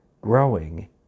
growing